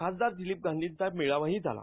खासदार दिलीप गांधीचाही मेळावा झाला